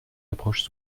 approches